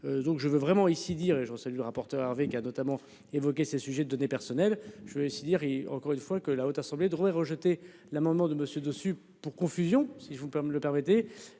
donc je veux vraiment ici dire et je reçois le rapporteur Hervé qui a notamment évoqué ces sujets de données personnelles. Je voulais aussi dire encore une fois que la Haute Assemblée droit et rejeté l'amendement de Monsieur dessus pour confusion s'il ne faut pas me le permettez.